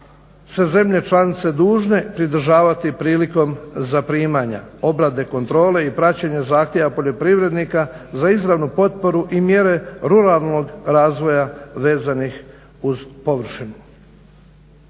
sve zemlje članice dužne pridržavati prilikom zaprimanja, obrade kontrole i praćenja zahtjeva poljoprivrednika za izravnu potporu i mjere ruralnog razvoja vezanih uz površinu.